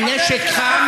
עם נשק חם?